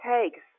takes